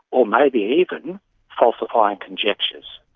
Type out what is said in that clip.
or maybe even falsifying conjectures,